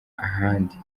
ahandi